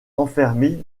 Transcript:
enfermé